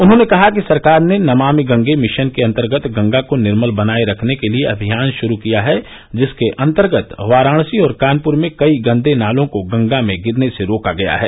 उन्होंने कहा कि सरकार ने नमामि गंगे मिशन के अंतर्गत गंगा को निर्मल बनाए रखने के लिए अभियान शुरू किया है जिसके अंतर्गत वाराणसी और कानपुर में कई गंदे नालों को गंगा में गिस्ने से रोका गया है